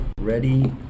Ready